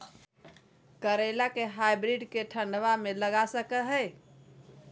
करेला के हाइब्रिड के ठंडवा मे लगा सकय हैय?